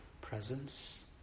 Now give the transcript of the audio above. presence